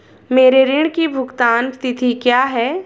मेरे ऋण की भुगतान तिथि क्या है?